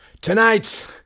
Tonight